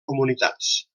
comunitats